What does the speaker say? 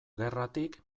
gerratik